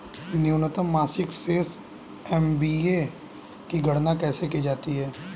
न्यूनतम मासिक शेष एम.ए.बी की गणना कैसे की जाती है?